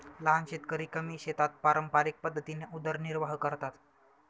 लहान शेतकरी कमी शेतात पारंपरिक पद्धतीने उदरनिर्वाह करतात